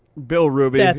bill ruby. yeah